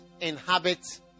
inhabit